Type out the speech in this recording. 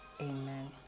Amen